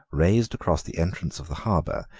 raised across the entrance of the harbor,